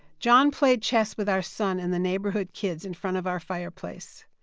john played chess with our son and the neighborhood kids in front of our fireplace,